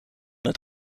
het